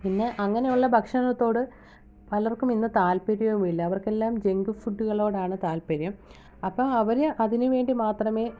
പിന്നെ അങ്ങനെയുള്ള ഭക്ഷണത്തിനോട് പലർക്കും ഇന്ന് താൽപര്യവുമില്ല അവർക്കെല്ലാം ജെങ്ക് ഫുഡ്ഡ്കളോടാണ് താൽപര്യം അപ്പം അവര് അതിന് വേണ്ടി മാത്രമേ